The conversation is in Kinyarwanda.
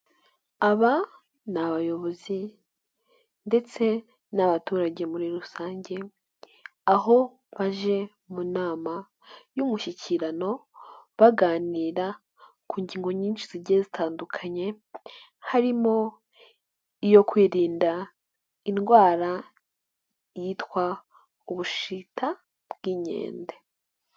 Aba ni abayobozi ndetse n'abaturage muri rusange aho baje mu nama y'umushyikirano baganira ku ngingo nyinshi zigiye zitandukanye, harimo iyo kwirinda indwara yitwa ubushita bw'inkende.